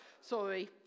Sorry